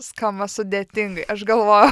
skamba sudėtingai aš galvoju